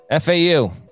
FAU